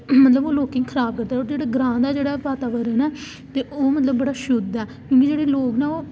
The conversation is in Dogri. मतलब ओह् लोकें गी खराब करदा ते ग्रांऽ दा जेह्ड़ा वातावरण ऐ मतलब ओह् बड़ा शुद्ध ऐ ते जेह्ड़े लोग न ओह्